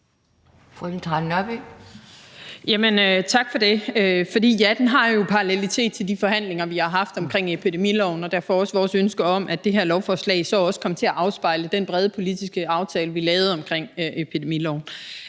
tak for det. Ja, der er jo en parallelitet til de forhandlinger, vi har haft, omkring epidemiloven, og derfor også vores ønske om, at det her lovforslag så kommer til at afspejle den brede politiske aftale, vi lavede, omkring af epidemiloven.